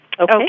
Okay